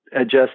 adjust